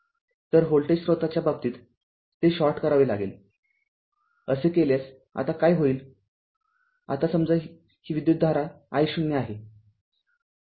तर व्होल्टेज स्त्रोताच्या बाबतीतते शॉर्ट करावे लागेलअसे केल्यासआता काय होईल आता समजा ही विद्युतधारा i0 आहे